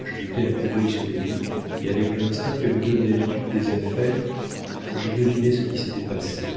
je jetai un coup d'œil sur le lit et avec l'instinct que nous donne l'habitude des affaires je devinai ce qui s'était passé